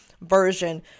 version